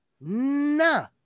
Nah